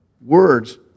Words